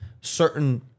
certain